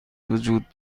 وجود